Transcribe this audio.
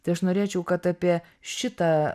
tai aš norėčiau kad apie šitą